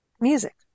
music